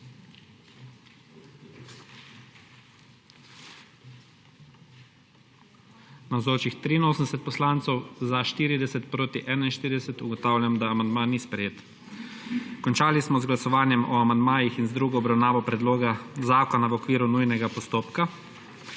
(Za je glasovalo 33.) (Proti 47.) Ugotavljam, da amandma ni sprejet. Končali smo z glasovanjem o amandmajih in z drugo obravnavo predloga zakona v okviru nujnega postopka.